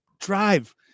drive